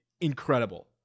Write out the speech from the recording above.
incredible